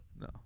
No